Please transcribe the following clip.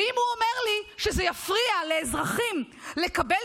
אם הוא אומר לי שזה יפריע לאזרחים לקבל